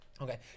Okay